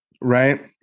Right